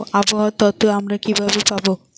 আবহাওয়ার তথ্য আমরা কিভাবে পাব?